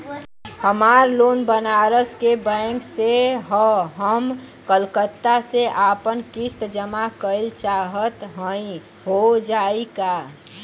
हमार लोन बनारस के बैंक से ह हम कलकत्ता से आपन किस्त जमा कइल चाहत हई हो जाई का?